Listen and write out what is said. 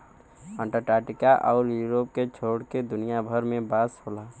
Antarctica आउर Europe के छोड़ के दुनिया भर में बांस होला